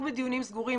רק בדיונים סגורים.